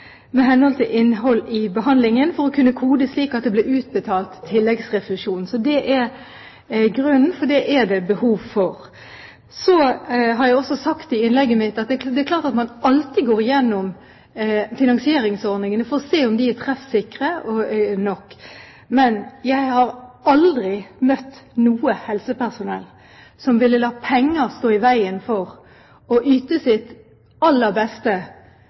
med tanke på innholdet i behandlingen for å kunne kode slik at det ble utbetalt tilleggsrefusjon. Så det er grunnen, for det er det behov for. I forbindelse med innlegget mitt har jeg også sagt at det er klart at man alltid går igjennom finansieringsordningene for å se om de er treffsikre nok. Men jeg har aldri møtt noe helsepersonell som ville la penger stå i veien for å yte sitt aller beste